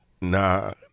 Nah